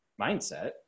mindset